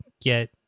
get